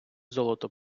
золото